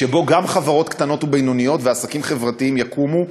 שבו גם חברות קטנות ובינוניות ועסקים חברתיים יקומו,